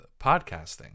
podcasting